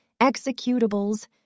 executables